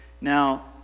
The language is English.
Now